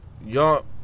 Yo